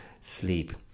sleep